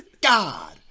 God